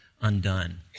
undone